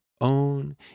own